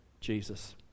Jesus